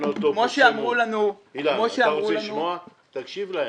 אילן, תקשיב להם,